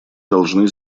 должны